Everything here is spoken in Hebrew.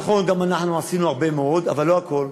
נכון, גם אנחנו עשינו הרבה מאוד, אבל לא הכול.